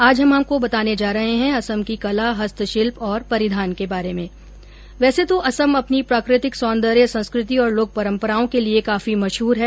आज हम आपको बताने जा रहे है असम की कला हस्तशिल्प और परिधान के बारे में वैसे तो असम अपने प्राकृतिक सौन्दर्य संस्कृति और लोक परम्पराओं के लिए काफी मशहर है